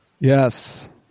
Yes